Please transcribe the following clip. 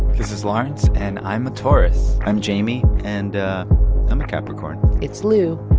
this is lawrence, and i'm a taurus i'm jamie, and i'm a capricorn it's lu,